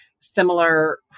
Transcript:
similar